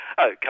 Okay